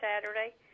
Saturday